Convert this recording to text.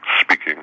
speaking